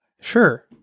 Sure